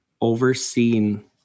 overseen